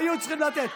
והיו צריכים לתת.